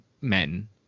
men